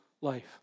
life